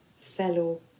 fellow